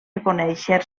reconèixer